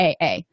AA